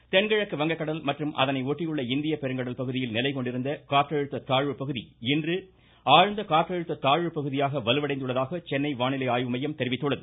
வானிலை தென்கிழக்கு வங்கக்கடல் மற்றும் அதனை ஒட்டியுள்ள இந்திய பெருங்கடல் பகுதியில் நிலைகொண்டிருந்த காற்றழுத்த தாழ்வுப்பகுதி இன்று வலுவடைந்து ஆழ்ந்த காற்றழுத்த தாழ்வுப்பகுதியாக நிலைகொண்டுள்ளதாக சென்னை வானிலை ஆய்வுமையம் தெரிவித்துள்ளது